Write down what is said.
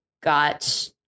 got